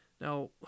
Now